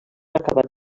acabat